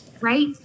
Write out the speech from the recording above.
right